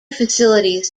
facilities